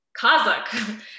Kazakh